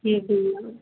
जी भैया